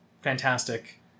fantastic